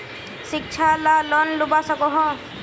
शिक्षा ला लोन लुबा सकोहो?